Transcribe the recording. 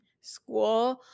school